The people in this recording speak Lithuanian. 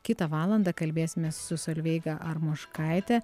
kitą valandą kalbėsimės su solveiga armoškaite